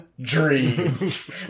dreams